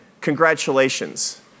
congratulations